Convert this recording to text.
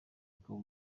ukaba